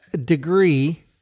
degree